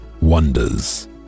wonders